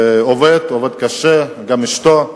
עובד קשה, גם אשתו.